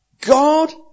God